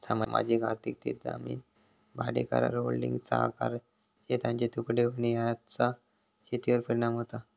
सामाजिक आर्थिक ते जमीन भाडेकरार, होल्डिंग्सचा आकार, शेतांचे तुकडे होणे याचा शेतीवर परिणाम होतो